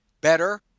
Better